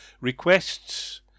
requests